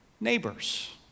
neighbors